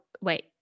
wait